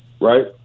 Right